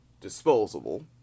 disposable